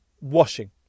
washing